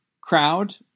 crowd